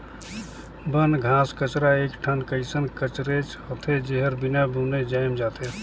बन, घास कचरा एक ठन कइसन कचरेच होथे, जेहर बिना बुने जायम जाथे